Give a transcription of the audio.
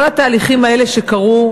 כל התהליכים האלה שקרו,